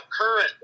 Current